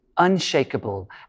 unshakable